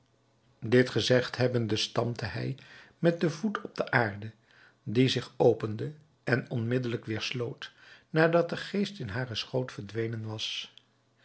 dit gezegd hebbende stampte hij met den voet op de aarde die zich opende en onmiddelijk weder sloot nadat de geest in haren schoot verdwenen was